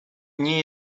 nie